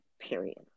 period